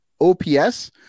OPS